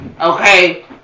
okay